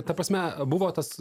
ta prasme buvo tas